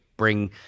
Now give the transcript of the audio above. bring